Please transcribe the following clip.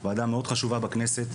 ועדה חשובה מאוד בכנסת.